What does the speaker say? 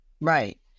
Right